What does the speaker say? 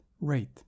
rate